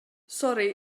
sori